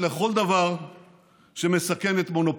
אבל קשה לי לדבר על עלייה באופן כללי מנאום